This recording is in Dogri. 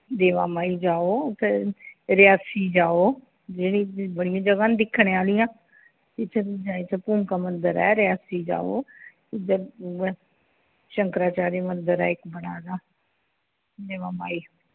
देवा माई जाओ उत्थे रियासी जाओ जेह्ड़ी बड़ियां जगह् न दिक्खने आह्लियां इत्थे तुस जाई भूमका मंदर ऐ रियासी जाओ इद्धर उ'यै शंकराचार्य मंदर ऐ इक बना दा देवा माई